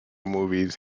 movies